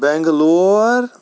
Bangalore